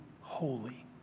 holy